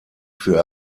für